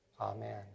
Amen